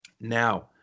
Now